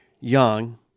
Young